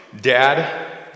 dad